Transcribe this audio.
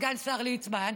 סגן השר ליצמן,